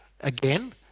again